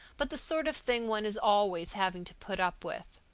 but the sort of thing one is always having to put up with.